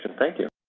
and thank you.